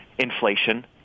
inflation